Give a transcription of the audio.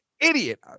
idiot